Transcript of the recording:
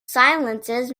silences